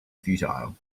futile